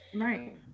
Right